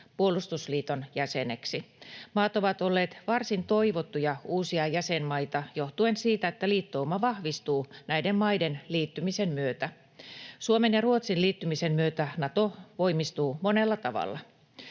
puolustusliiton jäseniksi. Maat ovat olleet varsin toivottuja uusia jäsenmaita johtuen siitä, että liittouma vahvistuu näiden maiden liittymisen myötä. Suomen ja Ruotsin liittymisen myötä Nato voimistuu monella tavalla.